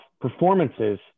performances